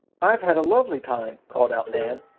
i've had a lovely time! called out nan.